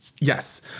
yes